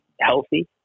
healthy